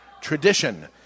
tradition